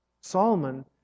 Solomon